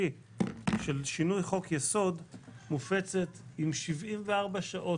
של שינוי חוק-יסוד מופצת עם 74 שעות.